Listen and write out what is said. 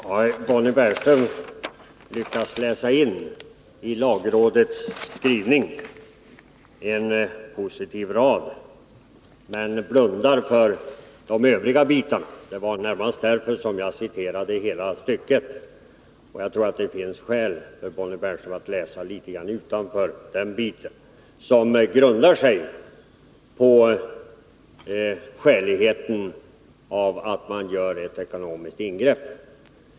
Herr talman! Bonnie Bernström lyckas läsa in en positiv rad i lagrådets skrivning men blundar för de övriga bitarna. Det var närmast därför som jag citerade hela stycket. Jag tror att det finns skäl för Bonnie Bernström att läsa litet utanför den del som gäller skäligheten i att man gör ett ekonomiskt ingrepp.